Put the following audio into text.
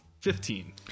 Fifteen